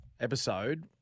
episode